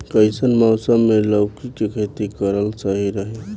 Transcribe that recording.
कइसन मौसम मे लौकी के खेती करल सही रही?